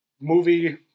movie